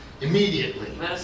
immediately